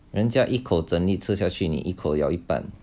人家一口整粒吃下去你一口咬一半